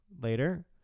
later